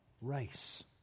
race